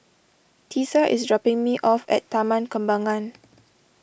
Tisa is dropping me off at Taman Kembangan